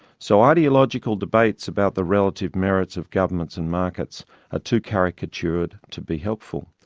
so, ideological debates about the relative merits of governments and markets are too caricatured to be helpful.